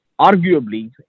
arguably